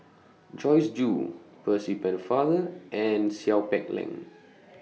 Joyce Jue Percy Pennefather and Seow Peck Leng